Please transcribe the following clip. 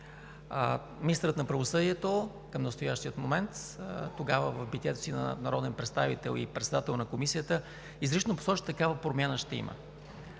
Министърът на правосъдието към настоящия момент, тогава в битието си на народен представител и председател на Комисията, изрично посочи, че такава промяна ще има.